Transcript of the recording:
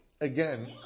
again